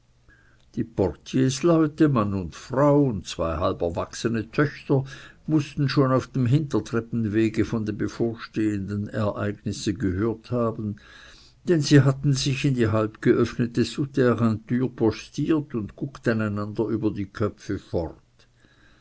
die portiersleute mann und frau und zwei halberwachsene töchter mußten schon auf dem hintertreppenwege von dem bevorstehenden ereignisse gehört haben denn sie hatten sich in die halbgeöffnete souterraintür postiert und guckten einander über die köpfe fort